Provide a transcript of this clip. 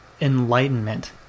enlightenment